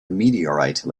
meteorite